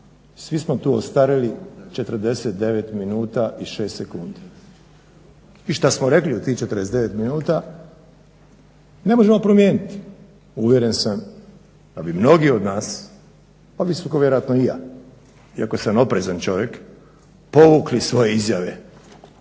Svi smo tu ostvarili, 49 minuta i 6 sekundi, i šta smo rekli u tih 49 minuta, ne možemo promijeniti. Uvjeren sam da bi mnogi od nas, mnogi su ko vjerojatno i ja, iako sam oprezan čovjek povukli svoje izjave